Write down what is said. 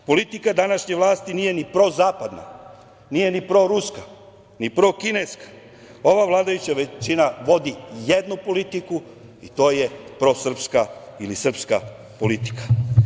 Politika današnje vlasti nije ni prozapadna, nije ni proruska, ni prokineska, ova vladajuća većina vodi jednu politiku i to je prosrpska ili srpska politika.